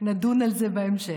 נדון על זה בהמשך.